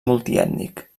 multiètnic